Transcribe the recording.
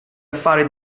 affari